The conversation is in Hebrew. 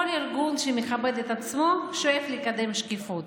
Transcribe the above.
כל ארגון שמכבד את עצמו שוקף לקדם שקיפות.